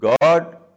God